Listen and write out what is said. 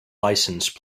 license